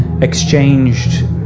exchanged